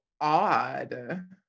odd